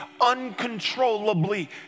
uncontrollably